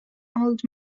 old